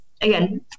again